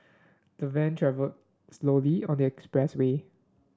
the van travelled slowly on the expressway